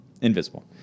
Invisible